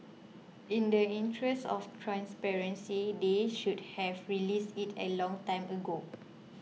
in the interest of transparency they should have released it a long time ago